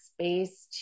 space